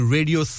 Radio